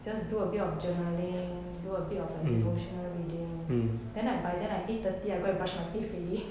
just do a bit of journaling do a bit of like devotional reading then I by then I eight thirty I go and brush my teeth already